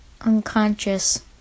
unconscious